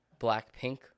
Blackpink